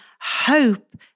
hope